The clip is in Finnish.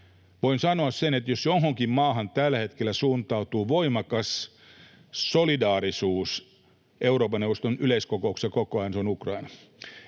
Voin sanoa sen, että jos johonkin maahan tällä hetkellä suuntautuu koko ajan voimakas solidaarisuus Euroopan neuvoston yleiskokouksessa, niin se on Ukraina.